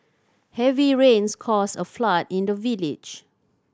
heavy rains caused a flood in the village